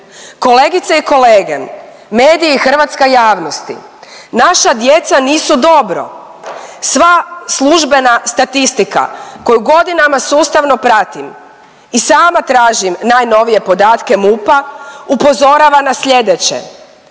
Kolegice i kolege, mediji i hrvatska javnosti naša djeca nisu dobro. Sva službena statistika koju godinama sustavno pratim i sama tražim najnovije podatke MUP-a upozorava na sljedeće.